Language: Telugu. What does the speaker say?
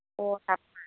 ఓ అలానా